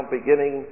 beginning